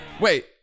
wait